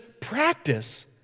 practice